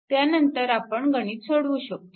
त्यानंतर आपण गणित सोडवू शकतो